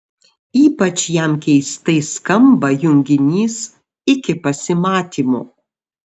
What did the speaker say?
ypač jam keistai skamba junginys iki pasimatymo